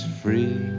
free